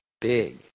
big